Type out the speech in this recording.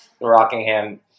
Rockingham